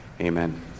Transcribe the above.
Amen